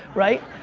right?